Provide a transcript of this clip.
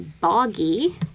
boggy